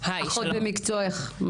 אחות במקצועך.